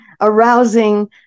arousing